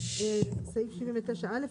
סעיף 79 א'.